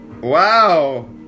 Wow